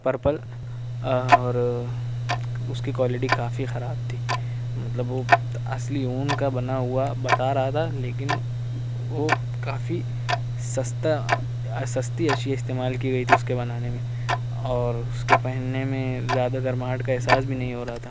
purple اور اس کی کوالٹی کافی خراب تھی مطلب وہ اصلی اون کا بنا ہوا بتا رہا تھا لیکن وہ كافى سستا سستی اشیا استعمال كى گئى تھیں اس کے بنانے میں اور اس کے پہننے میں زیادہ گرماہٹ کا احساس بھی نہیں ہو رہا تھا